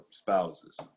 spouses